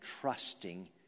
trusting